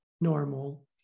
normal